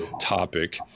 topic